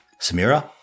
Samira